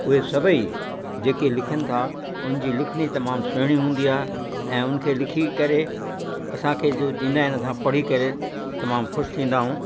उहे सभई जेके लिखनि था उन्हनि जी लिखणी तमामु सुहिणी हूंदी आहे ऐं उन खे लिखी करे असांखे जो ॾींदा आहिनि असां पढ़ी करे तमामु ख़ुशि थींदा आहियूं